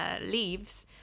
leaves